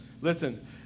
Listen